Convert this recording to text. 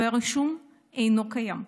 והרישום אינו קיים.